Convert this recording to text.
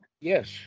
Yes